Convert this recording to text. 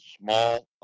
small